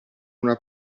una